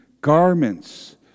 garments